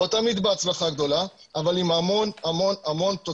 לא תמיד בהצלחה גדולה אבל עם המון תוצרים,